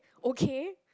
okay